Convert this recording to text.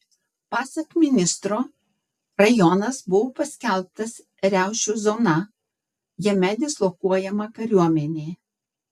pasak ministro rajonas buvo paskelbtas riaušių zona jame dislokuojama kariuomenė